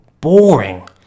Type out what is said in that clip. Boring